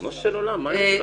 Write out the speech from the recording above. ריבונו של עולם, מה יש לך?